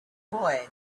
boy